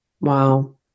Wow